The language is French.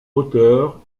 hauteur